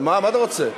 מה, מה אתה רוצה?